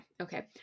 okay